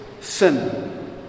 sin